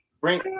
bring